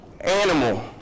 animal